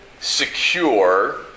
secure